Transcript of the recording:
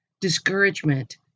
discouragement